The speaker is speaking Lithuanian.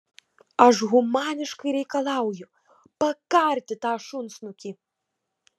aš humaniškai reikalauju pakarti tą šunsnukį